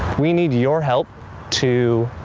we need your help to